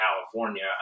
California